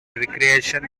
recreation